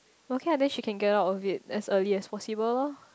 okay ah then she can get off of it as early as possible loh